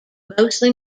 mostly